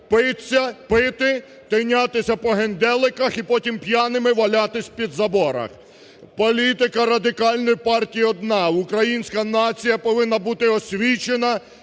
пити, тинятися по генделиках і потім п'яними валятися під заборах. Політика Радикальної партії одна – українська нація повинна бути освічена